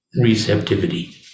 receptivity